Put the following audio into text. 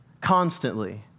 constantly